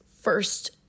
first